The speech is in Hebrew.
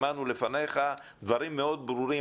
שמענו לפניך דברים מאוד ברורים,